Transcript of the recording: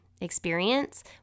experience